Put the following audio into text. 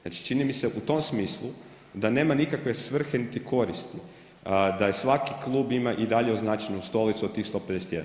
Znači čini me se u tom smislu da nema nikakve svrhe niti koristi da i svaki klub i dalje ima označenu stolicu od tih 151.